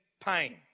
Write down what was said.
pain